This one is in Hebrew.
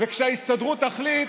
וכשההסתדרות תחליט,